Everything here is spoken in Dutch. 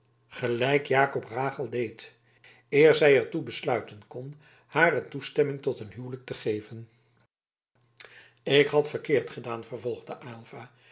gelijk jakob rachel deed eer zij er toe besluiten kon hare toestemming tot een huwelijk te geven ik had verkeerd gedaan vervolgde aylva